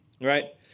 Right